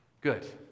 Good